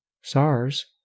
SARS